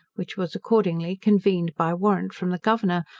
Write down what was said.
which was accordingly convened by warrant from the governor,